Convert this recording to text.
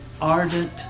Ardent